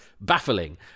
baffling